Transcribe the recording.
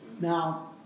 Now